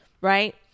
right